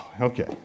okay